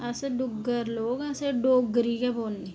अस डुग्गर लोग असें डोगरी गै बोलनी